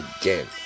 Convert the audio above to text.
again